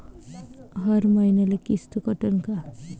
हर मईन्याले किस्त कटन का?